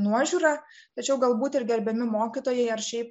nuožiūra tačiau galbūt ir gerbiami mokytojai ar šiaip